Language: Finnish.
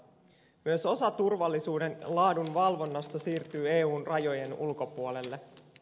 myös osa turvallisuuden laadunvalvonnasta siirtyy eun rajojen ulkopuolelle